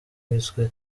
wiswe